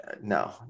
no